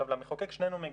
למחוקק שנינו מגיעים.